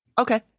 Okay